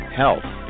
health